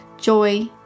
joy